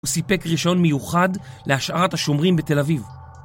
הוא סיפק רישיון מיוחד להשארת השומרים בתל אביב.